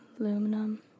Aluminum